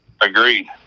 Agreed